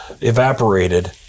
evaporated